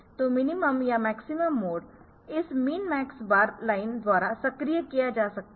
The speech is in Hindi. तो मिनिमम या मैक्सिमम मोड इस मिन मैक्स बार लाइन द्वारा सक्रिय किया जा सकता है